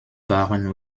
barren